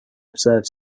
observed